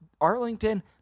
Arlington